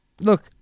Look